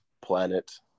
planet